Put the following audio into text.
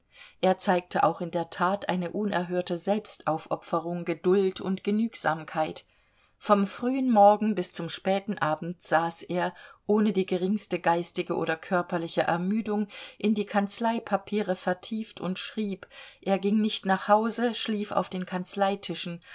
er zeigte auch in der tat eine unerhörte selbstaufopferung geduld und genügsamkeit vom frühen morgen bis zum späten abend saß er ohne die geringste geistige oder körperliche ermüdung in die kanzleipapiere vertieft und schrieb er ging nicht nach hause schlief auf den